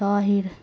Tahir